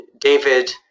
David